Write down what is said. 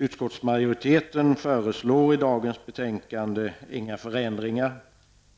Utskottsmajoriteten föreslår i dagens betänkande inga förändringar